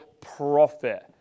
profit